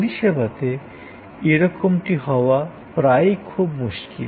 পরিষেবাতে এরকমটি হওয়া প্রায়ই খুব মুশকিল